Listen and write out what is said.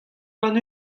warn